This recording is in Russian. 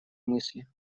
мысли